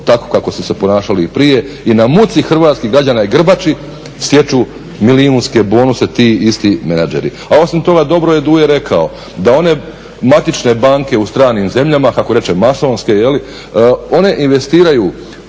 tako kako su se ponašali i prije i na muci hrvatskih građana i grbači stječu milijunske bonuse ti isti menadžeri. A osim toga dobro je Duje rekao da one matične banke u stranim zemljama, kako reče masonske, one investiraju